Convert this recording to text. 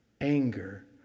anger